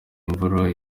imvura